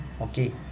okay